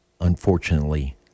unfortunately